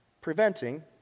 preventing